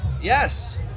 Yes